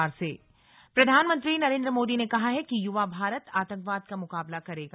NCC cadet प्रधानमंत्री नरेन्द्र मोदी ने कहा है कि युवा भारत आतंकवाद का मुकाबला करेगा